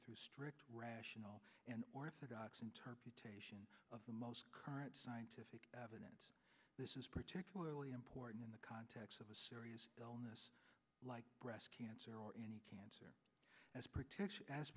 through strict rational and orthodox interpretations of the most current scientific evidence this is particularly important in the context of a serious illness like breast cancer or any cancer as protection as